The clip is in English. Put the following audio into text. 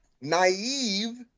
Naive